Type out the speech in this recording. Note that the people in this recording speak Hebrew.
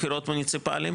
חוקים מוניציפליים.